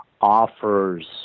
offers